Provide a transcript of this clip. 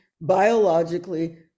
biologically